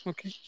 Okay